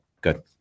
good